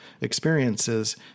experiences